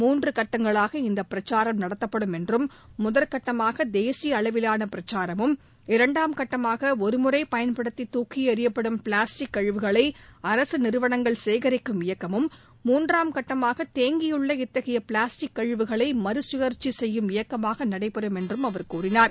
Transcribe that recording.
மூன்று கட்டங்களாக இந்த பிரச்சாரம் நடத்தப்படும் என்றும் முதல்கட்டமாக தேசிய அளவிலாள பிரச்சாரமும் இரண்டாம் கட்டமாக ஒரு முறை பயன்படுத்தி துக்கி எறியப்படும் பிளாஸ்டிக் கழிவுகளை அரசு நிறுவனங்கள் சேகரிக்கும் இயக்கமும் மூன்றாம் கட்டமாக தேங்கியுள்ள இத்தகைய பிளாஸ்டிக் கழிவுகளை மறுகழற்சி செய்யும் இயக்கமாக நடைபெறும் என்று அவர் கூறினார்